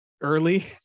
early